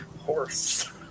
horse